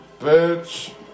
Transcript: bitch